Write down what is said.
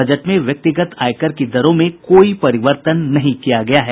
budget में व्यक्तिगत आयकर की दरों में कोई परिवर्तन नहीं किया गया है